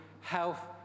health